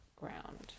ground